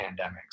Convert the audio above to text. pandemics